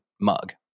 mug